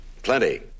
Plenty